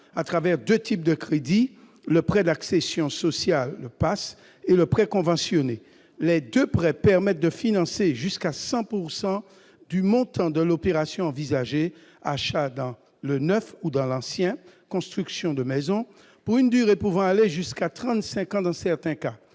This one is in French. au travers de deux types de crédit, le prêt d'accession sociale, le PAS, et le prêt conventionné. Les deux prêts permettent de financer jusqu'à 100 % du montant de l'opération envisagée- achat dans le neuf ou dans l'ancien, construction de maison -, pour une durée pouvant aller jusqu'à trente-cinq ans dans certains cas.